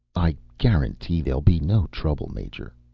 i guarantee there'll be no trouble, major,